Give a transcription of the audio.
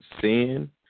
sin